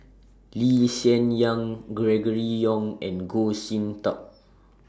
Lee Hsien Yang Gregory Yong and Goh Sin Tub